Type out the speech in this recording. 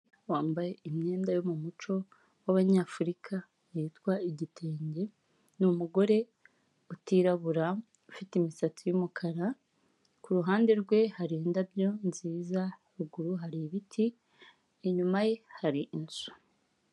Wambaye imyenda yo mu muco w'abanyafurika witwa igitenge, ni umugore utirabura afite imisatsi y'umukara ku ruhande rwe hari indabyo nziza ruguru hari ibiti, inyuma ye hari inzu.